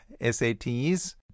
SATs